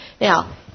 Now